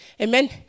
amen